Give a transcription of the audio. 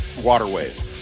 waterways